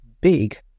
big